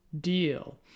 deal